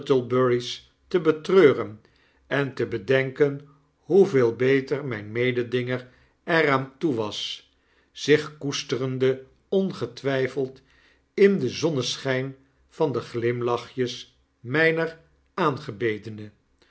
te betreuren en te bedenken hoeveel beter myn mededinger er aan toe was zich koesterende ongetwyfeld in den zonneschijn van de glimlachjes myner aangebedene